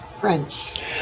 French